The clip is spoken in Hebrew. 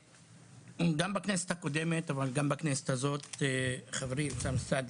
גם בכנסת הקודמת אבל גם בכנסת הזאת חברי אוסאמה סעדי